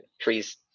trees